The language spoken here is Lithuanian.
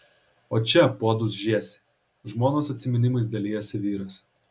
o čia puodus žiesi žmonos atsiminimais dalijasi vyras